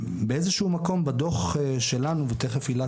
באיזשהו מקום בדוח שלנו ותיכף הילה